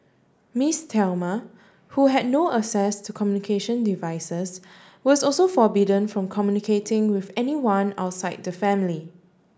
Miss Thelma who had no access to communication devices was also forbidden from communicating with anyone outside the family